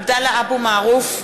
(קוראת בשמות חברי הכנסת) עבדאללה אבו מערוף,